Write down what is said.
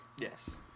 Yes